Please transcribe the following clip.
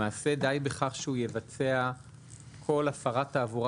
למעשה די בכך שהוא יבצע כל הפרת תעבורה